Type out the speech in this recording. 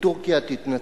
שטורקיה תתנצל.